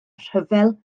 rhyfel